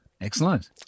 Excellent